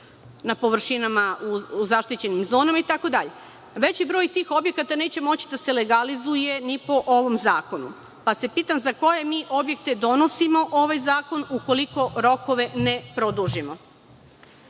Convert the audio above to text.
na površinama u zaštićenim zonama itd. Veći broj tih objekata neće moći da se legalizuje ni po ovom zakonu, pa se pitam – za koje mi objekte donosimo ovaj zakon, ukoliko rokove ne